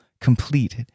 complete